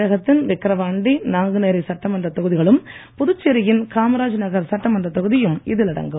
தமிழகத்தின் விக்கிரவாண்டி நாங்குனேரி சட்டமன்றத் தொகுதிகளும் புதுச்சேரியின் காமராஜ் நகர் சட்டமன்றத் தொகுதியும் இதில் அடங்கும்